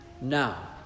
now